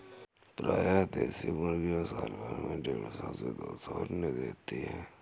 प्रायः देशी मुर्गियाँ साल भर में देढ़ सौ से दो सौ अण्डे देती है